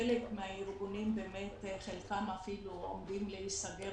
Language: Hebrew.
חלק מהארגונים עומדים להיסגר